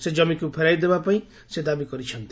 ସେ ଜମିକୁ ଫେରାଇ ଦେବାପାଇଁ ଦାବି କରିଛନ୍ତି